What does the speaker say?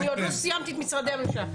אני עוד לא סיימתי את משרדי הממשלה.